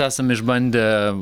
esam išbandę